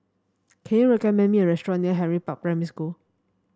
can you recommend me a restaurant near Henry Park Primary School